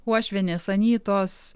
uošvienės anytos